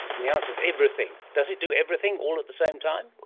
and the answer is everything. does it do everything all at the same time?